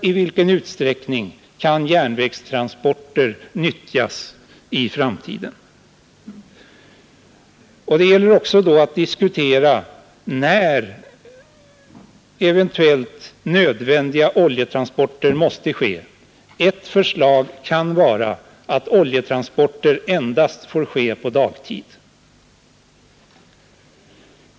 I vilken utsträckning kan vidare järnvägstransporter nyttjas i framtiden? Det gäller då också att diskutera när eventuellt nödvändiga oljetransporter måste ske. Ett alternativ kan vara att oljetransporter endast får ske på dagtid.